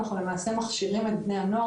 טוב אז אנחנו פותחים את הדיון של הבוקר,